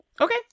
Okay